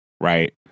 Right